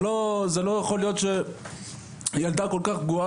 לא יכול להיות שילדה שצריכה עזרה,